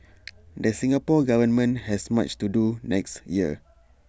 the Singapore Government has much to do next year